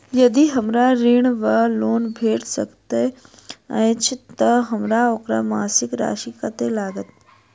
यदि हमरा ऋण वा लोन भेट सकैत अछि तऽ हमरा ओकर मासिक राशि कत्तेक लागत?